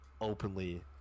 openly